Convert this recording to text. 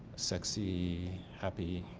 sexy, happy.